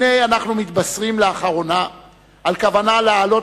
הנה אנחנו מתבשרים לאחרונה על הכוונה להעלות